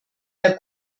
der